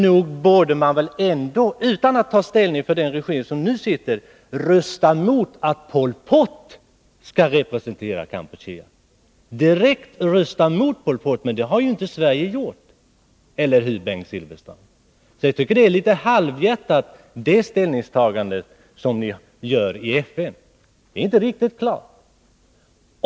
Nog borde man väl ändå, utan att ta ställning för den regim som nu sitter, rösta mot att Pol Pot skall representera Kampuchea. Men det har inte Sverige gjort — eller hur, Bengt Silfverstrand? Jag tycker att det är ett halvhjärtat ställningstagande ni gör i FN. Det är inte riktigt klart.